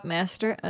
Master